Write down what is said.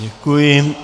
Děkuji.